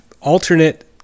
alternate